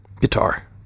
Guitar